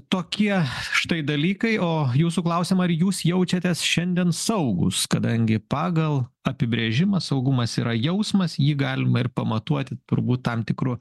tokie štai dalykai o jūsų klausimą ar jūs jaučiatės šiandien saugūs kadangi pagal apibrėžimą saugumas yra jausmas jį galima ir pamatuoti turbūt tam tikru